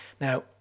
Now